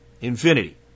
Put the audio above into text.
Infinity